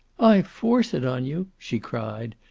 i force it on you, she cried,